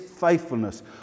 faithfulness